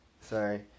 sorry